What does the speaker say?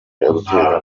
gutegurwa